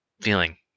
feeling